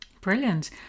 Brilliant